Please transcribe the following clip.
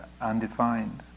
undefined